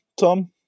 Tom